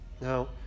Now